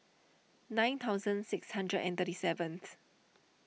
nine thousand six hundred and thirty seventh